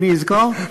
אדוני יזכור?